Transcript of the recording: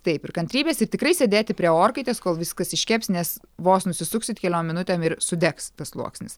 taip ir kantrybės ir tikrai sėdėti prie orkaitės kol viskas iškeps nes vos nusisuksit keliom minutėm ir sudegs tas sluoksnis